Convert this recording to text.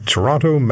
Toronto